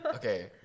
Okay